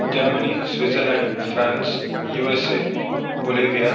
Germany Switzerland France USA Bolivia